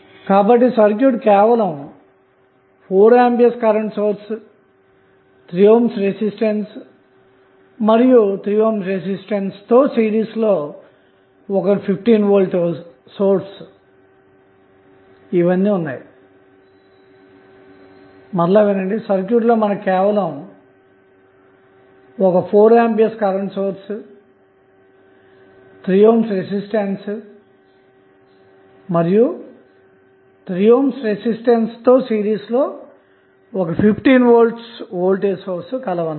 కాబట్టి సర్క్యూట్ లో కేవలం 4A current source 3 ohm resistance మరియు 3 ఓం రెసిస్టెన్స్తో సిరీస్లో 15 V వోల్టేజ్ సోర్స్ కలవన్నమాట